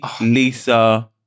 Lisa